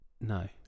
No